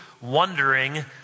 wondering